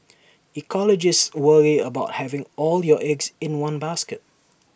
ecologists worry about having all your eggs in one basket